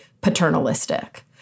paternalistic